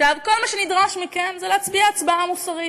כל מה שנדרש מכם זה להצביע הצבעה מוסרית.